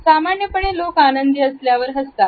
सामान्यपणे लोक आनंदी असल्यावर हसतात